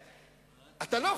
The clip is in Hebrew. ארדן,